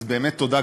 אז באמת תודה,